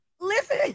Listen